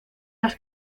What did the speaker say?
las